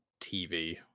TV